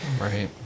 Right